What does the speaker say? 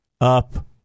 up